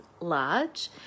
large